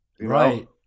Right